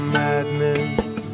madness